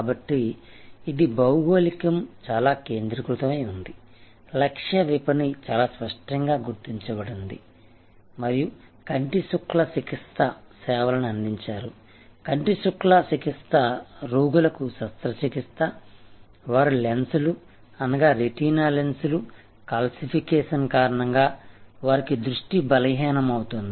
కాబట్టి ఇది భౌగోళికం చాలా కేంద్రీకృతమై ఉంది లక్ష్య విఫణి చాలా స్పష్టంగా గుర్తించబడింది మరియు కంటిశుక్ల చికిత్స సేవలని అందించారు కంటిశుక్లం చికిత్స రోగులకు శస్త్ర చికిత్స వారి లెన్స్లు అనగా రెటీనా లెన్సులు కాల్సిఫికేషన్ కారణంగా వారికి దృష్టి బలహీనమవుతుంది